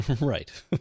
Right